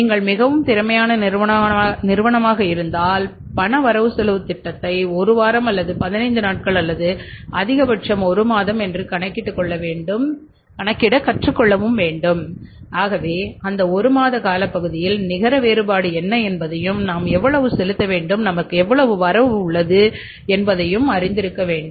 நீங்கள் மிகவும் திறமையான நிறுவனமாக இருந்தால் பண வரவு செலவுத் திட்டத்தை ஒரு வாரம் அல்லது 15 நாட்கள் அல்லது அதிகபட்சம் 1 மாதம் என்று கணக்கிட கற்றுக்கொள்ளவேண்டும் ஆகவே அந்த 1 மாத காலப்பகுதியில் நிகர வேறுபாடு என்ன என்பதையும் நாம் எவ்வளவு செலுத்த வேண்டும் நமக்கு வரவு எவ்வளவு என்பதையும் அறிந்திருக்க வேண்டும்